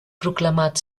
proclamat